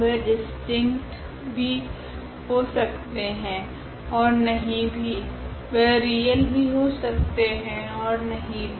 वह डिसटिंट हो भी सकते है ओर नहीं भी वह रियल भी हो सकते है ओर नहीं भी